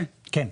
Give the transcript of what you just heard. כן,